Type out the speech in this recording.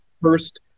first